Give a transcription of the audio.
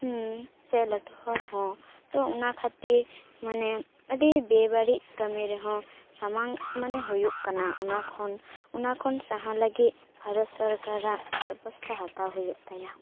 ᱞᱟᱹᱴᱩ ᱦᱚᱲ ᱦᱚᱸ ᱛᱚ ᱚᱱᱟ ᱠᱷᱟᱹᱛᱤᱨ ᱢᱟᱱᱮ ᱟᱹᱰᱤ ᱵᱮᱵᱟᱹᱲᱤᱡ ᱠᱟᱹᱢᱤ ᱨᱮᱦᱚᱸ ᱥᱟᱢᱟᱝ ᱢᱟᱱᱮ ᱦᱩᱭᱩᱜ ᱠᱟᱱᱟ ᱚᱱᱟ ᱠᱷᱚᱱ ᱚᱱᱟ ᱠᱷᱚᱱ ᱥᱟᱦᱟ ᱞᱟᱹᱜᱤᱫ ᱵᱷᱟᱨᱚᱛ ᱥᱚᱨᱠᱟᱨᱟᱜ ᱵᱮᱵᱚᱥᱛᱟ ᱦᱟᱛᱟᱣ ᱦᱩᱭᱩᱜ ᱛᱟᱭᱟ